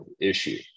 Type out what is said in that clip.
issue